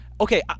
Okay